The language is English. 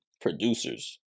Producers